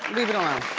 leave it alone.